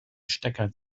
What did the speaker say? stecker